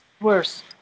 worse